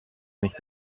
nicht